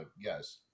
Yes